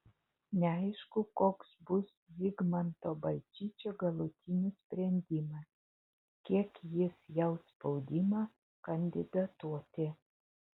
neaišku koks bus zigmanto balčyčio galutinis sprendimas kiek jis jaus spaudimą kandidatuoti